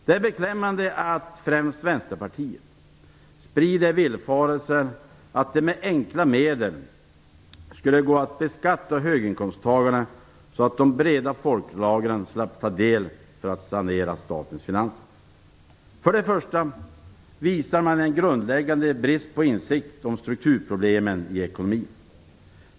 Det är beklämmande att främst Vänsterpartiet sprider villfarelsen att det med enkla medel skulle gå att beskatta höginkomsttagare så att de breda folklagren slapp ta sin del för att sanera statens finanser. För det första visar man en grundläggande brist på insikt om strukturproblemen i ekonomin.